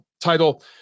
title